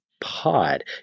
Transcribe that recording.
Pod